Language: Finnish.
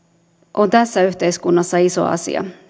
on tässä yhteiskunnassa iso asia